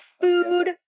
food